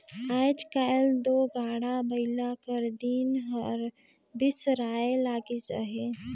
आएज काएल दो गाड़ा बइला कर दिन हर बिसराए लगिस अहे